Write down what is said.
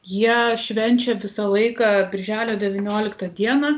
jie švenčia visą laiką birželio devynioliktą dieną